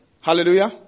Hallelujah